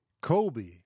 Kobe